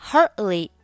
Hardly